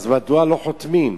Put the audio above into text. אז מדוע לא חותמים?